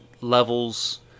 levels